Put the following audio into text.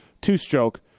two-stroke